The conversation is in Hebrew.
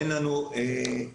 אין לנו בעיה,